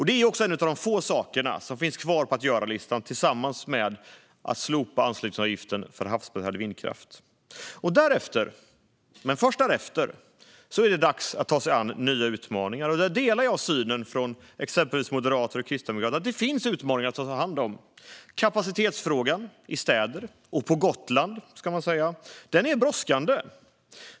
Detta är en av de få sakerna som finns kvar på att-göra-listan tillsammans med att slopa anslutningsavgiften för havsbaserad vindkraft. Därefter - men först därefter - är det dags att ta sig an nya utmaningar. Jag delar synen hos till exempel moderater och kristdemokrater att det finns utmaningar att ta hand om. Kapacitetsfrågan i städer och på Gotland är brådskande.